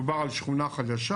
מדובר על שכונה חדשה.